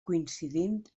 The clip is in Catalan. coincidint